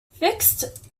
fixed